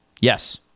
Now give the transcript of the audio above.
Yes